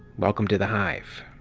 welcome to the hive.